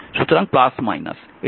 সুতরাং এটিও তাই